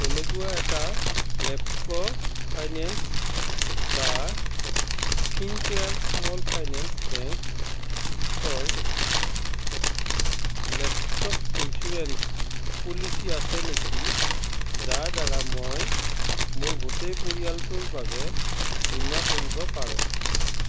এনেকুৱা এটা ৰেপ্ক' ফাইনেন্স বা ফিনকেয়াৰ স্মল ফাইনেন্স বেংকৰ লেপটপ ইঞ্চুৰেঞ্চ পলিচি আছে নেকি যাৰ দ্বাৰা মই মোৰ গোটেই পৰিয়ালটোৰ বাবে বীমা কৰিব পাৰোঁ